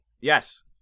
Yes